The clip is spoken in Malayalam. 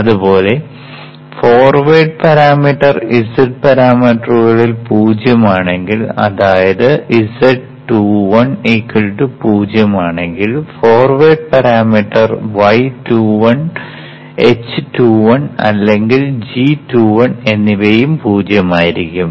അതുപോലെ ഫോർവേഡ് പാരാമീറ്റർ z പാരാമീറ്ററുകളിൽ 0 ആണെങ്കിൽ അതായത് z21 0 ആണെങ്കിൽ ഫോർവേഡ് പാരാമീറ്റർ y21 h21 അല്ലെങ്കിൽ g21 എന്നിവയും 0 ആയിരിക്കും